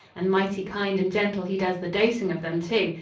and mighty kind and gentle he does the dosing of them, too.